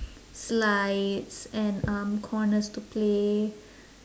slides and um corners to play